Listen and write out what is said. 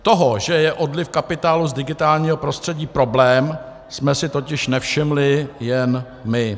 Toho, že je odliv kapitálu z digitálního prostředí problém, jsme si totiž nevšimli jen my.